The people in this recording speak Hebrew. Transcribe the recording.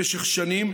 במשך שנים,